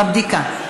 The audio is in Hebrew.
בבדיקה.